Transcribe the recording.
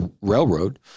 railroad